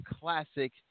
Classic